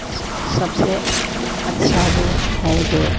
स सबसे अच्छा वह है जो